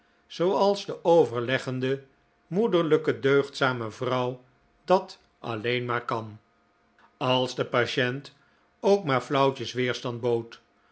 zooals de overleggende moederlijke deugdzame vrouw dat alleen maar kan als de patiente ook maar flauwtjes weerstand bood